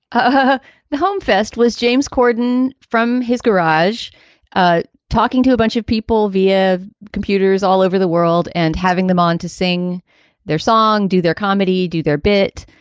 ah the home fest was james corden from his garage ah talking to a bunch of people via computers all over the world and having them on to sing their song, do their comedy, do their bit.